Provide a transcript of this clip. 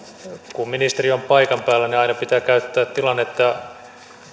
kun ministeri on paikan päällä niin aina pitää käyttää tilannetta